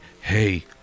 hey